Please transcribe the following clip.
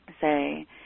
say